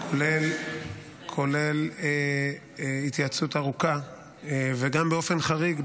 -- כולל התייעצות ארוכה, וגם באופן חריג,